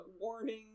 warning